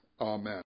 Amen